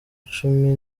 cumi